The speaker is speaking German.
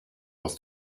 aus